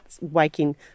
waking